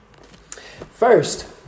First